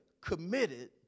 Committed